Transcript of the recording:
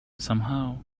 somehow